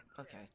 Okay